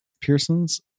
pearson's